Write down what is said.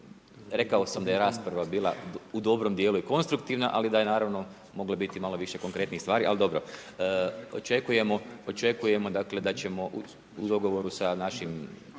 rekao sam da je rasprava bila u dobrom djelu i konstruktivna, ali da je naravno moglo biti i malo više konkretnijih stvari, ali dobro. Očekujemo da ćemo u dogovoru sa našim,